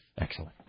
Excellent